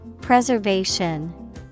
Preservation